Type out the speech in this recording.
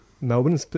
Melbourne